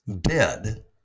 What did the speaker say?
dead